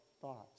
thoughts